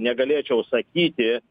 negalėčiau sakyti